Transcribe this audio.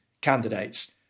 candidates